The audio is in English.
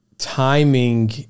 timing